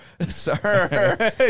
sir